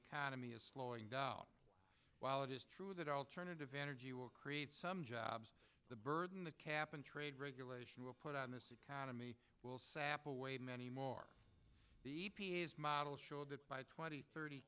economy is slowing down while it is true that alternative energy will create some jobs the burden the cap and trade regulation will put on this economy will sap away many more models show that twenty thirty